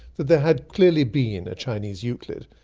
that there had clearly been a chinese euclid.